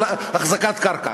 על החזקת קרקע.